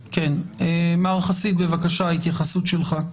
מר חסיד, בבקשה, התייחסות שלך.